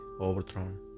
overthrown